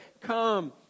Come